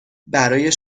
برای